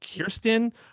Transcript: Kirsten